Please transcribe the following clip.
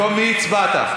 הצבעת?